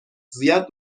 زیاد